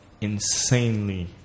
insanely